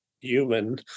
human